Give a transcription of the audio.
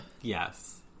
Yes